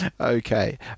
Okay